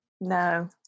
No